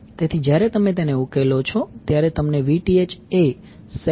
તેથી જ્યારે તમે તેને ઉકેલો છો ત્યારે તમને Vth એ 7